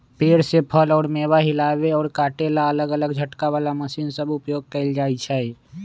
पेड़ से फल अउर मेवा हिलावे अउर काटे ला अलग अलग झटका वाली मशीन सब के उपयोग कईल जाई छई